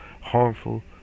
harmful